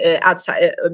outside